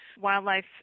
wildlife